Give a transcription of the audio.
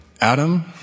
Adam